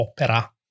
Opera